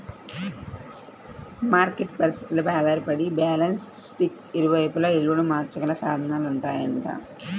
market పరిస్థితులపై ఆధారపడి balance షీట్కి ఇరువైపులా విలువను మార్చగల సాధనాలుంటాయంట